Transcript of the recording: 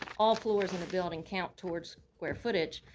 all floors in a building count towards square footage.